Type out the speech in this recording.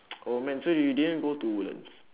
oh man so you didn't go to woodlands